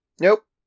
Nope